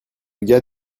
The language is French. gars